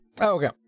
Okay